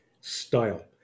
style